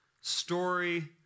Story